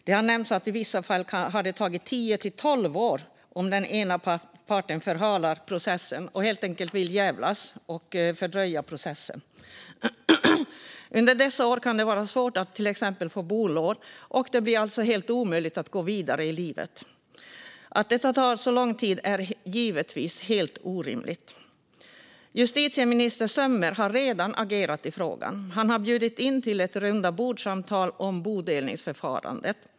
Det har nämnts att det i vissa fall har tagit tio tolv år om den ena parten förhalar processen - om den helt enkelt vill jävlas och fördröja processen. Under dessa år kan det vara svårt att till exempel få bolån, och det blir helt omöjligt att gå vidare i livet. Att det tar så lång tid är givetvis helt orimligt. Justitieminister Strömmer har redan agerat i frågan. Han har bjudit in till ett rundabordssamtal om bodelningsförfarandet.